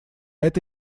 это